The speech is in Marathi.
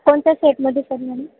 कोणत्या सेटमध्ये सर मॅडम